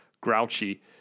grouchy